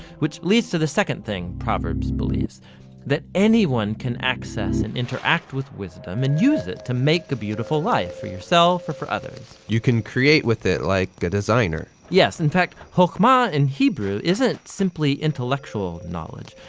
which leads to the second thing proverbs believes that anyone can access and interact with wisdom and use it to make a beautiful life for yourself or for others. you can create with it like a designer. yes, in fact, chokhmah in hebrew isn't simply intellectual knowledge.